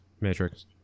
Matrix